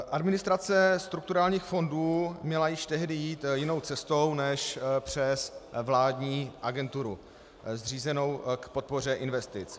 Administrace strukturálních fondů měla již tehdy jít jinou cestou než přes vládní agenturu zřízenou k podpoře investic.